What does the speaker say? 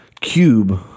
cube